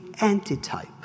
antitype